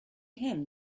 him